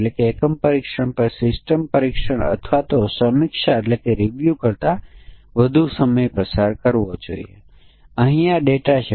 અને તેથી જો આપણી પાસે n સમકક્ષ વર્ગ છે તો આપણને6 n 1 ની જરૂર છે